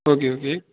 okay okay